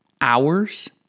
hours